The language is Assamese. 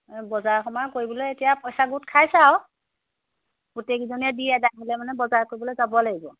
বজাৰ সময় কৰিবলৈ এতিয়া পইচা গোট খাইছে আৰু গোটেইকেইজনীয়ে দি আদায় দিলে মানে বজাৰ কৰিবলৈ যাব লাগিব